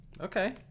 Okay